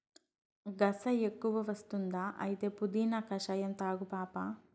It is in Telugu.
గస ఎక్కువ వస్తుందా అయితే పుదీనా కషాయం తాగు పాపా